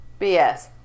BS